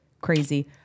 Crazy